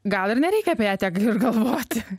gal ir nereikia apie ją tiek ir galvoti